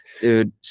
Dude